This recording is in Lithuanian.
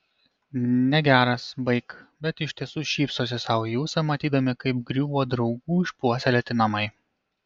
negeras baik bet iš tiesų šypsosi sau į ūsą matydami kaip griūva draugų išpuoselėti namai